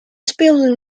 speelde